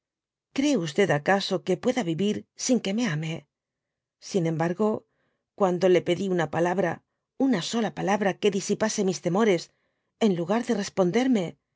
cree acaso que pueda tiyir sin que me ame sin embargo cuando le pedi una palabra una sola palabra que disipase mis temores en lugar de responderme